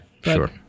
Sure